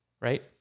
right